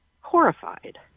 horrified